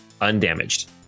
undamaged